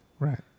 Right